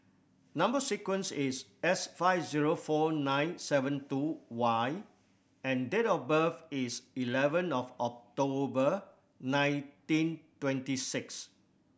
number sequence is S five zero four nine seven two Y and date of birth is eleven of October nineteen twenty six